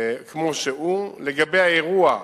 לגבי האירוע,